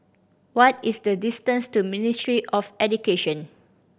what is the distance to Ministry of Education